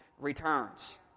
returns